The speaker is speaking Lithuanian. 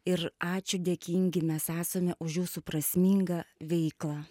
ir ačiū dėkingi mes esame už jūsų prasmingą veiklą